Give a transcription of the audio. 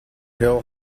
hill